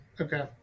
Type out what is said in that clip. Okay